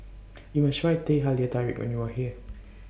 YOU must Try Teh Halia Tarik when YOU Are here